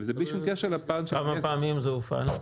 בלי שום קשר -- כמה פעמים זה הופעל?